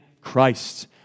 Christ